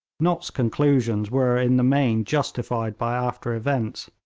nott's conclusions were in the main justified by after events,